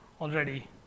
already